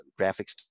graphics